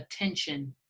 attention